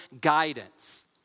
guidance